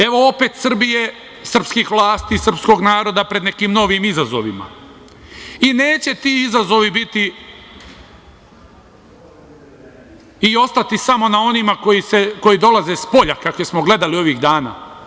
Evo opet Srbije, srpskih vlasti, srpskog naroda pred nekim novim izazovima i neće ti izazovi biti i ostati samo na onima koji dolaze spolja, kakve smo gledali ovih dana.